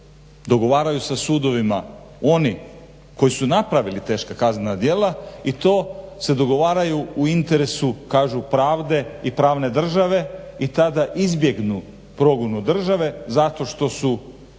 dogovaraju sa sudovima oni koji su napravili teška kaznena djela i to se dogovaraju u interesu kažu pravde i pravne države i tada izbjegnu progonu države zato što su